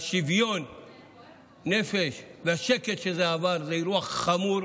שוויון הנפש והשקט שבהם זה עבר, זה אירוע חמור,